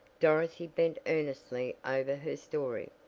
dorothy bent earnestly over her story,